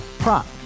Prop